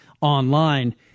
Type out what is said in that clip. online